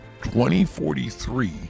2043